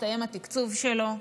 מסתיים התקצוב שלו,